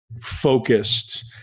focused